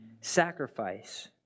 sacrifice